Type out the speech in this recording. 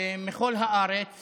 מכל הארץ